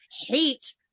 hate